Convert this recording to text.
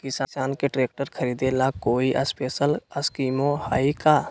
किसान के ट्रैक्टर खरीदे ला कोई स्पेशल स्कीमो हइ का?